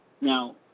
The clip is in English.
Now